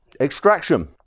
Extraction